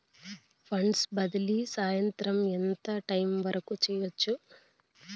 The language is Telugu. ఫండ్స్ బదిలీ సాయంత్రం ఎంత టైము వరకు చేయొచ్చు